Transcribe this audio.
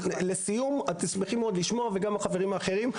את תשמחי מאוד לשמוע וגם החברים האחרים,